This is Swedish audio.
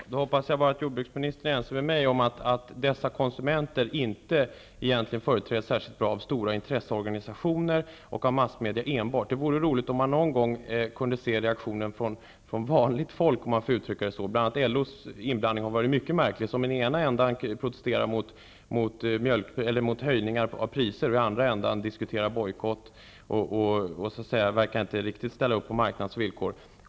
Herr talman! Då hoppas jag bara att jordbruksministern är ense med mig om att konsumenterna inte egentligen företräds särskilt bra av enbart stora intresseorganisationer och av massmedia. Det vore roligt om man någon gång kunde få se reaktionen från vanligt folk, om jag får uttrycka det så. Bl.a. LO:s inblandning har varit mycket märklig: I den ena ändan har man protesterat mot höjningar av priser, och i den andra ändan har man diskuterat bojkott och inte riktigt verkat ställa upp på marknadens villkor.